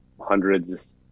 hundreds